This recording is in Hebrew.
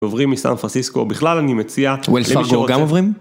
עוברים מסן פרסיסקו בכלל אני מציע. וויל פאקו גם עוברים?